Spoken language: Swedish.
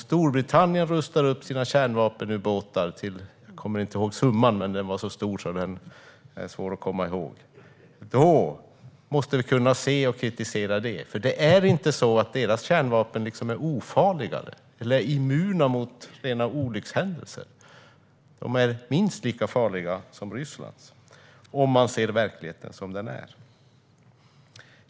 Storbritannien rustar upp sina kärnvapenubåtar - jag kommer inte ihåg summan, men den var så stor att den är svår att komma ihåg. Vi måste kunna se och kritisera även det. Det är inte så att deras kärnvapen är ofarligare eller immuna mot rena olyckshändelser. De är minst lika farliga som Rysslands - om man ser verkligheten som den är.